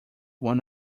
one